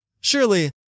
Surely